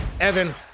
Evan